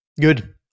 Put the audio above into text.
Good